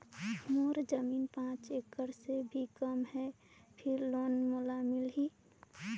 मोर जमीन पांच एकड़ से भी कम है फिर लोन मोला मिलही?